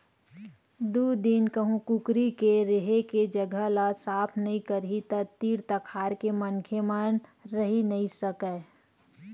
दू दिन कहूँ कुकरी के रेहे के जघा ल साफ नइ करही त तीर तखार के मनखे मन रहि नइ सकय